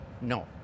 No